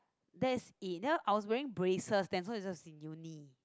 that's eh know I was wearing braces this was in uni